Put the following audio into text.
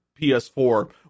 PS4